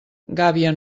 gàbia